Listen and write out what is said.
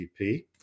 GDP